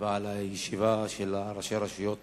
ועל הישיבה של ראשי הרשויות